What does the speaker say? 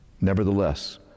Nevertheless